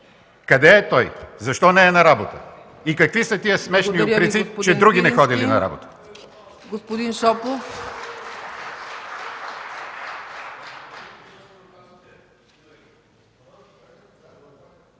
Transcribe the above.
Къде е той, защо не е на работа?! И какви са тези смешни упреци, че други не ходели на работа?!